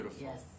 yes